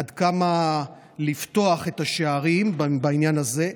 עד כמה לפתוח את השערים בעניין הזה,